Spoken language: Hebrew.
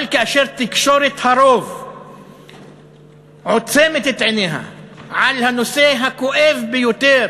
אבל כאשר תקשורת הרוב עוצמת את עיניה מול הנושא הכואב ביותר